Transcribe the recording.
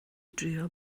drio